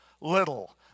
little